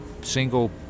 single